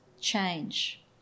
change